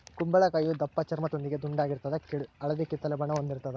ಕುಂಬಳಕಾಯಿಯು ದಪ್ಪಚರ್ಮದೊಂದಿಗೆ ದುಂಡಾಗಿರ್ತದ ಹಳದಿ ಕಿತ್ತಳೆ ಬಣ್ಣ ಹೊಂದಿರುತದ